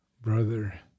brother